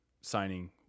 signing